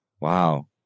Wow